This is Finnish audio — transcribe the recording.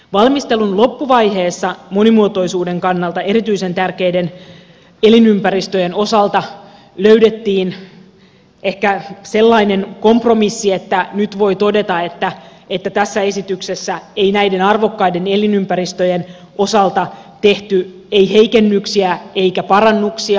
valmistelun loppuvaiheessa monimuotoisuuden kannalta erityisen tärkeiden elinympäristöjen osalta löydettiin ehkä sellainen kompromissi että nyt voi todeta että tässä esityksessä ei näiden arvokkaiden elinympäristöjen osalta tehty heikennyksiä eikä parannuksia